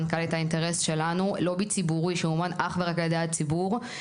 מנכ"לית "האינטרס שלנו" לובי ציבורי שממומן אך ורק על ידי הציבור.